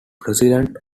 president